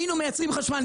היינו מייצרים חשמל,